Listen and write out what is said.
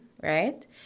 right